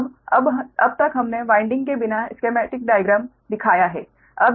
तो अब अब तक हमने वाइंडिंग के बिना स्केमेटिक डाइग्राम दिखाया है